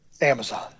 Amazon